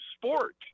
sport